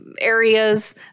areas